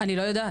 אני לא יודעת.